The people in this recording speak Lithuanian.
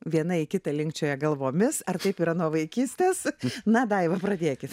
viena kita linkčioja galvomis ar taip yra nuo vaikystės na daiva pradėkit